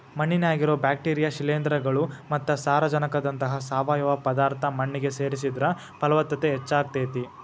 ಮಣ್ಣಿನ್ಯಾಗಿರೋ bacteria, ಶಿಲೇಂಧ್ರಗಳು ಮತ್ತ ಸಾರಜನಕದಂತಹ ಸಾವಯವ ಪದಾರ್ಥ ಮಣ್ಣಿಗೆ ಸೇರಿಸಿದ್ರ ಪಲವತ್ತತೆ ಹೆಚ್ಚಾಗ್ತೇತಿ